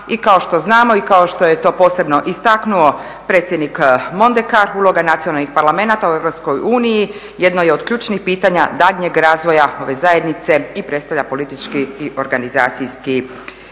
i kao što znamo i kao što je to posebno istaknuo predsjednik Mondekar uloga nacionalnih parlamenata u Europskoj uniji jedno je od ključnih pitanja daljnjeg razvoja ove zajednice i predstavlja politički i organizacijski